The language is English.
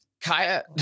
Kaya